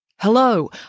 Hello